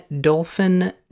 dolphin